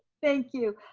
thank you.